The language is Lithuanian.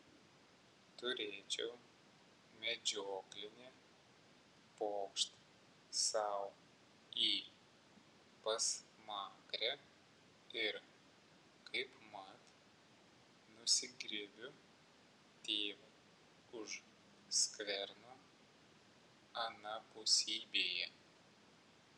turėčiau medžioklinį pokšt sau į pasmakrę ir kaipmat nusigriebiu tėvą už skverno anapusybėje